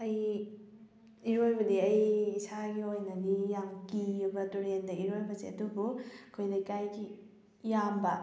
ꯑꯩ ꯏꯔꯣꯏꯕꯗꯤ ꯑꯩ ꯏꯁꯥꯒꯤ ꯑꯣꯏꯅꯗꯤ ꯌꯥꯝ ꯀꯤꯌꯦꯕ ꯇꯨꯔꯦꯜꯗ ꯏꯔꯣꯏꯕꯁꯦ ꯑꯗꯨꯕꯨ ꯑꯩꯈꯣꯏ ꯂꯩꯀꯥꯏꯒꯤ ꯏꯌꯥꯝꯕ